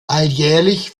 alljährlich